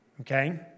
Okay